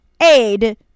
aid